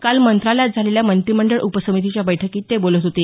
काल मंत्रालयात झालेल्या मंत्रिमंडळ उपसमितीच्या बैठकीत ते बोलत होते